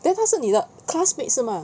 then 她是你的 classmate 是吗